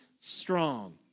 strong